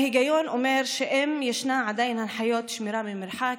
ההיגיון אומר שאם יש עדיין הנחיות שמירת מרחק,